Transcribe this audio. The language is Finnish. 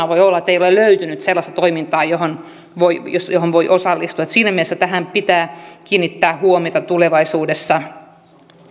voi olla ettei ole löytynyt sellaista toimintaa johon voi osallistua siinä mielessä tähän pitää kiinnittää huomiota tulevaisuudessa ja